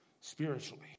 spiritually